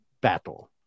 battle